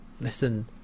listen